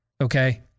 okay